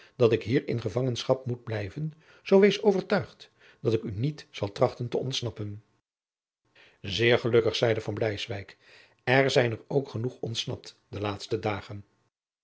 dat ik hier in gevangenschap moet blijven zoo wees overtuigd dat ik u niet zal trachten te ontsnappen zeer gelukkig zeide van bleiswyk er zijn er ook genoeg ontsnapt in de laatste dagen